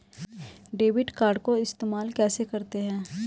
Debit card को इस्तेमाल कैसे करते हैं?